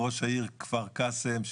ראש עיריית כפר קאסם,